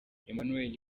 emmanuel